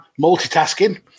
multitasking